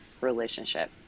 relationship